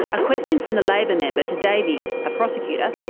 a question from the labor member to davies, a prosecutor,